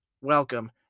Welcome